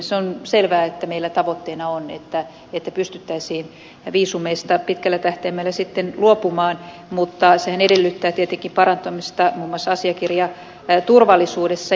se on selvää että meillä tavoitteena on että pystyttäisiin viisumeista pitkällä tähtäimellä luopumaan mutta sehän edellyttää tietenkin muun muassa asiakirjaturvallisuuden parantamista